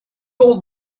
old